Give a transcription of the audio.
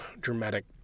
dramatic